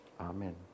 Amen